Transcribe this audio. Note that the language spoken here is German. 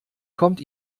kommt